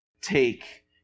Take